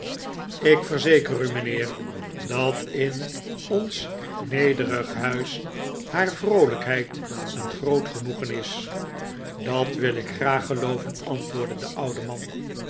ik verzeker u mijnheer dat in ons nederige huis haar vroolijkheid een groot genoegen is dat wil ik graag gelooven antwoordde de oude man